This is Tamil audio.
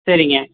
சரிங்க